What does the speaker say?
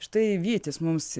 štai vytis mums